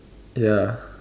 ya